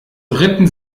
ritten